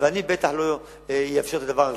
אני בטח לא אאפשר את הדבר הזה.